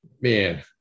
man